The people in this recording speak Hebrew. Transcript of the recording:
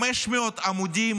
500 עמודים